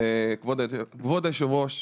כבוד היו"ר,